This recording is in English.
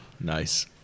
Nice